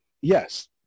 yes